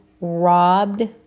robbed